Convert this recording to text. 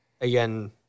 again